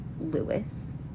lewis